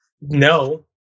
no